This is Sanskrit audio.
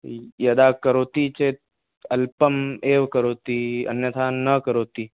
यदा करोति चेत् अल्पम् एव करोति अन्यथा न करोति